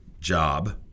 job